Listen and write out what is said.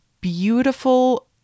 beautiful